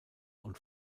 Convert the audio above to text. und